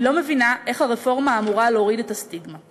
אני לא מבינה איך הרפורמה אמורה להוריד את הסטיגמה.